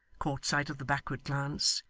caught sight of the backward glance,